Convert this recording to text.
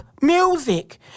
music